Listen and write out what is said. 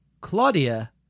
Claudia